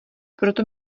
proto